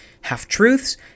half-truths